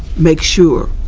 make sure.